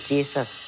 Jesus